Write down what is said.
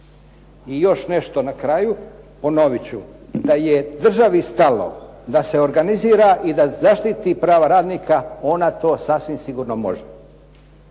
I još nešto na kraju, ponovit ću, da je državi stalo da se organizira i da zaštiti prava radnika ona to sasvim sigurno može.